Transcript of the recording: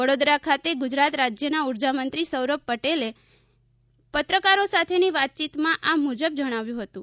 વડોદરા ખાતે ગુજરાત રાજ્યના ઊર્જામંત્રી સૌરભભાઈ પટેલે પત્રકારો સાથેની વાતચીતમાં આ મુજબ જણાવ્યું હતું